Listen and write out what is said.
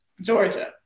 Georgia